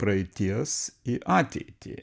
praeities į ateitį